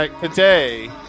today